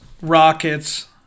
Rockets